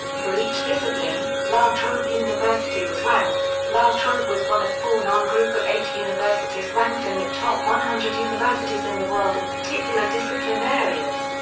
for each discipline, la trobe university was ranked la trobe was one of four non-group of eight universities ranked in the top one hundred universities in the world in particular discipline areas.